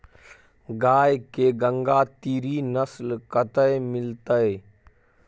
गाय के गंगातीरी नस्ल कतय मिलतै?